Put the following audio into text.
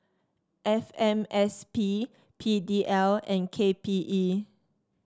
F M S P P D L and K P E